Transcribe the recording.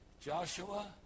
Joshua